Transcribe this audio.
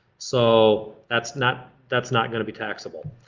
so that's not that's not gonna be taxable.